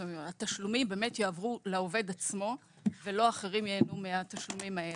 התשלומים באמת יעברו לעובד עצמו ולא אחרים ייהנו מהתשלומים האלה.